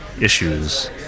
issues